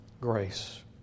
grace